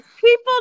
people